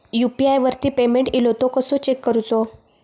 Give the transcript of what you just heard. UPI वरती payment इलो तो कसो चेक करुचो?